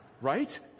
Right